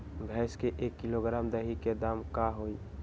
भैस के एक किलोग्राम दही के दाम का होई?